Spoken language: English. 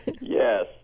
yes